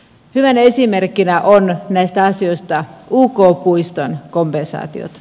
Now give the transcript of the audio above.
hyvänä esimerkkinä on näistä asioista uk puiston kompensaatiot